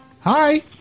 Hi